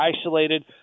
isolated